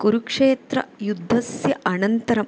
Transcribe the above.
कुरुक्षेत्र युद्धस्य अनन्तरम्